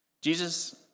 Jesus